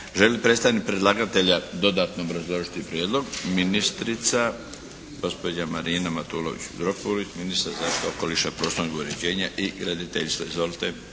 Želi li predstavnik predlagatelja dodatno obrazložiti prijedlog? Ministrica gospođa Marina Matulović Dropulić, ministar zaštite okoliša, prostornog uređenja i graditeljstva. Izvolite!